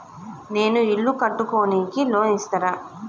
నేను ఇల్లు కట్టుకోనికి లోన్ ఇస్తరా?